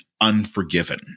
unforgiven